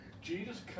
Jesus